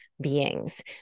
beings